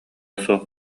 суох